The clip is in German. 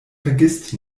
vergisst